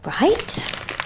right